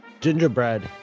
gingerbread